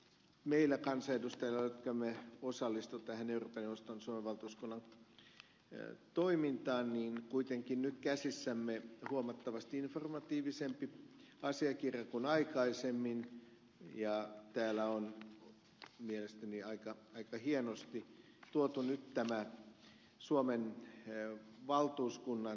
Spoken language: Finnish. meillä kansanedustajilla jotka emme osallistu tähän euroopan neuvoston suomen valtuuskunnan toimintaan on kuitenkin nyt käsissämme huomattavasti informatiivisempi asiakirja kuin aikaisemmin ja täällä on mielestäni aika hienosti tuotu nyt tämä suomen valtuuskunnan toiminta esiin